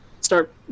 start